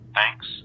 Thanks